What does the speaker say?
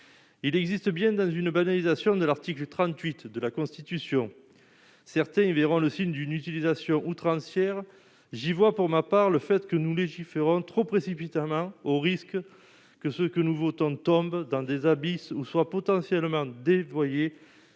il existe bien dans une banalisation de l'article 38 de la Constitution, certains y verront le signe d'une utilisation outrancière, j'y vois pour ma part le fait que nous légiférons trop précipitamment au risque que ce que nous votons tombe dans des abysses ou soit potentiellement dévoyés